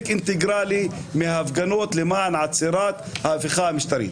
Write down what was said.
אינטגרלי מההפגנות למען עצירת ההפיכה המשטרית.